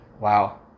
Wow